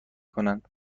کند